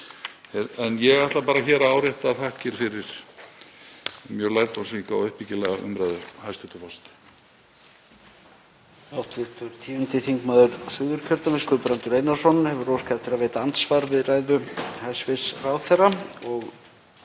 En ég ætla bara að árétta þakkir fyrir mjög lærdómsríka og uppbyggilega umræðu, hæstv. forseti.